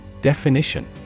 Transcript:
Definition